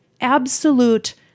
absolute